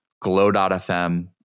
Glow.fm